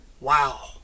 Wow